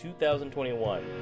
2021